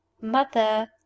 Mother—